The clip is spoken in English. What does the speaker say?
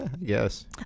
Yes